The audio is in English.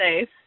safe